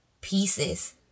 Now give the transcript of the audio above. pieces